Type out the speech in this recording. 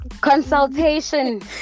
Consultation